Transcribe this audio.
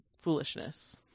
foolishness